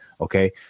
okay